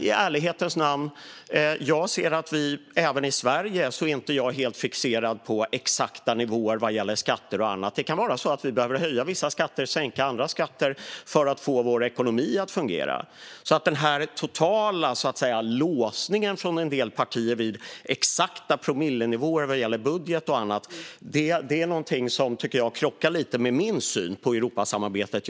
I ärlighetens namn är jag inte helt fixerad vid exakta nivåer i Sverige heller när det gäller skatter och annat. Det kan vara så att vi behöver höja vissa skatter och sänka andra för att få vår ekonomi att fungera. Den totala låsningen hos en del partier vid exakta promillenivåer vad gäller budget och annat krockar lite med min syn på Europasamarbetet.